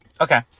Okay